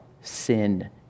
sin